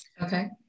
Okay